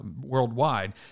worldwide